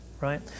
right